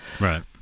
Right